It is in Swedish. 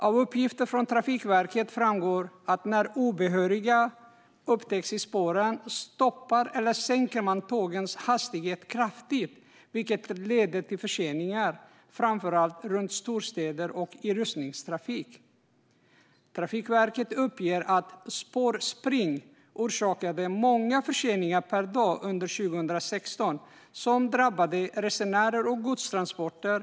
Av uppgifter från Trafikverket framgår att när obehöriga upptäcks på spåren stoppas tågen eller sänks tågens hastighet kraftigt, vilket leder till förseningar framför allt runt storstäder och i rusningstrafik. Trafikverket uppger att spårspring orsakade många förseningar per dag under 2016 som drabbade resenärer och godstransporter.